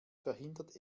verhindert